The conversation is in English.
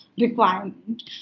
requirement